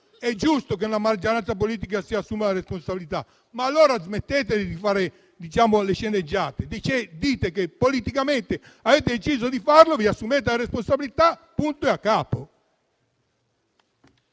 è giusto che una maggioranza politica si assuma la responsabilità, ma allora smettetela di fare sceneggiate. Dite che politicamente avete deciso di fare una cosa, assumetevene la responsabilità, e basta.